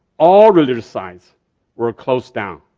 all religious sites were closed down.